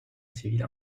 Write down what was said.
civile